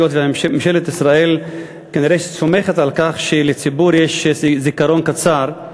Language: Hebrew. היות שממשלת ישראל כנראה סומכת על כך שלציבור יש זיכרון קצר,